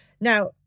Now